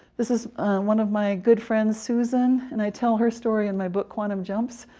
this is one of my good friends, susan. and i tell her story in my book, quantum jumps.